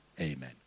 Amen